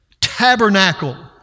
tabernacle